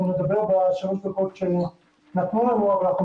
אנחנו נדבר בשלוש הדקות שנתנו לנו אבל אנחנו